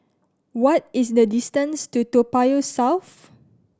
what is the distance to Toa Payoh South